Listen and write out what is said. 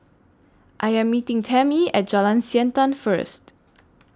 I Am meeting Tammi At Jalan Siantan First